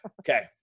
okay